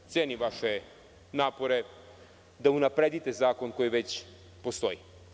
Cenim vaše napore da unapredite zakon koji već postoji.